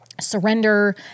surrender